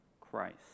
Christ